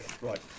Right